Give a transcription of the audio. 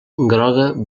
groga